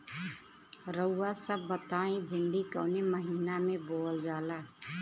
रउआ सभ बताई भिंडी कवने महीना में बोवल जाला?